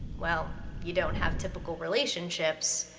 well you don't have typical relationships,